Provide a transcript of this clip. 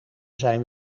zijn